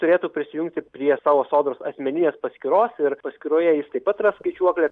turėtų prisijungti prie savo sodros asmeninės paskyros ir paskyroje jis taip pat ras skaičiuoklę